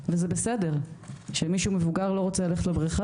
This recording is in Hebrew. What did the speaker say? וזה בסדר שמישהו מבוגר לא רוצה ללכת לבריכה